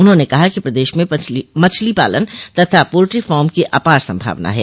उन्होंने कहा कि प्रदेश में मछली पालन तथा पोल्ट्री फार्म की अपार संभावना है